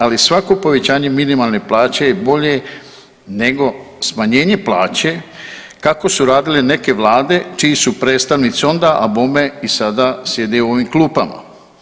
Ali svako povećanje minimalne plaće je bolje nego smanjenje plaće kako su radile neki vlade čiji su predstavnici onda, a bome i sada sjede u ovim klupama.